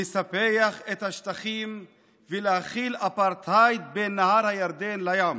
לספח את השטחים ולהחיל אפרטהייד בין נהר הירדן לים,